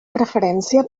preferència